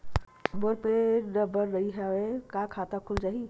मोर मेर PAN number नई हे का खाता खुल जाही?